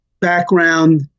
background